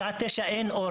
בשעה תשע בערב אין אור